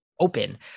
open